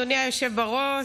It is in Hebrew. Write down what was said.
אדוני היושב-ראש,